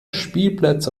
spielplätze